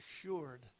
assured